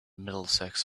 middlesex